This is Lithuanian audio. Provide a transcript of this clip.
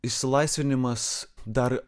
išsilaisvinimas dar